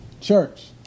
Church